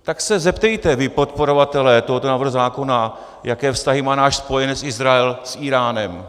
Tak se zeptejte, vy podporovatelé tohoto návrhu zákona, jaké vztahy má náš spojenec Izrael s Íránem.